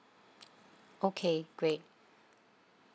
okay great